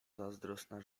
zazdrosna